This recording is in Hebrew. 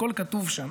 הכול כתוב שם,